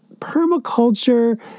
permaculture